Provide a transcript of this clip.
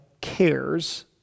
cares